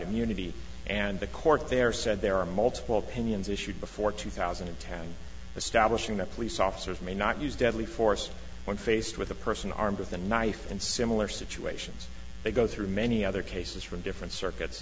immunity and the court there said there are multiple opinions issued before two thousand and ten establishing that police officers may not use deadly force when faced with a person armed with a knife and similar situations they go through many other cases from different circuits